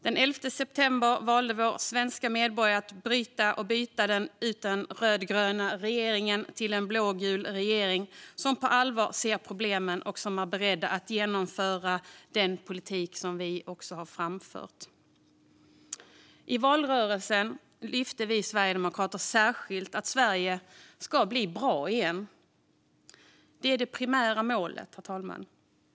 Den 11 september valde våra svenska medborgare att byta ut den rödgröna regeringen till en blågul regering som på allvar ser problemen och är beredd att genomföra sin politik. I valrörelsen lyfte vi i Sverigedemokraterna särskilt fram att Sverige ska bli bra igen. Det är det primära målet.